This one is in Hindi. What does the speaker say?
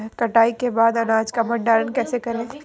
कटाई के बाद अनाज का भंडारण कैसे करें?